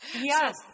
Yes